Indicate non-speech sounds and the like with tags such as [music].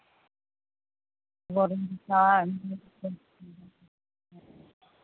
[unintelligible] ᱠᱷᱚᱵᱚᱨᱤᱧ ᱦᱟᱛᱟᱣᱟ ᱚᱱᱟᱛᱮ